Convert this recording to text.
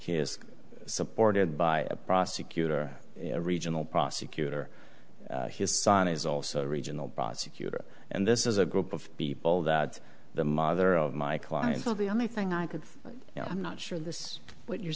he is supported by a prosecutor a regional prosecutor his son is also a regional prosecutor and this is a group of people that the mother of my client well the only thing i could you know i'm not sure this what you're